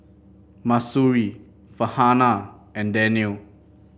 Mahsuri Farhanah and Daniel